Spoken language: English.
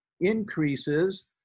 increases